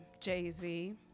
jay-z